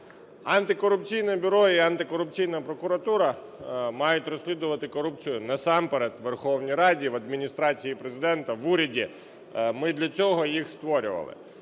Антикорупційне бюро і антикорупційна прокуратура мають розслідувати корупцію насамперед в Верховній Раді, в Адміністрації Президента, в уряді, ми для цього їх створювали.